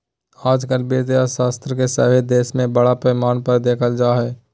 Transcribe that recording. आजकल वित्तीय अर्थशास्त्र के सभे देश में बड़ा पैमाना पर देखल जा हइ